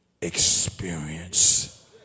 experience